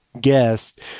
guest